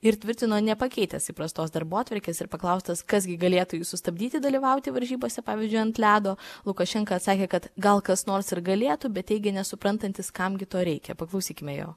ir tvirtino nepakeitęs įprastos darbotvarkės ir paklaustas kas gi galėtų jį sustabdyti dalyvauti varžybose pavyzdžiui ant ledo lukašenka atsakė kad gal kas nors ir galėtų bet teigė nesuprantantis kam gi to reikia paklausykime jo